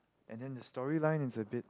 and then the storyline is a bit